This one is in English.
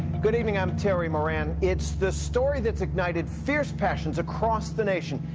good evening, i'm terry moran. it's the story that's ignited fierce passions across the nation,